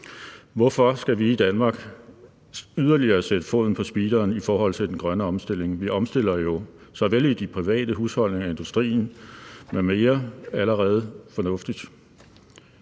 Hvorfor skal vi i Danmark yderligere sætte foden på speederen i forhold til den grønne omstilling? Vi omstiller jo såvel i de private husholdninger som i industrien m.m. allerede fornuftigt.